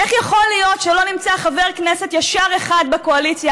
איך יכול להיות שלא נמצא חבר כנסת ישר אחד בקואליציה,